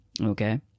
Okay